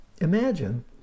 imagine